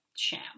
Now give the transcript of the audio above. Sham